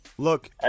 Look